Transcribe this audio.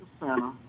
Center